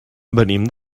venim